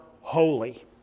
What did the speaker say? holy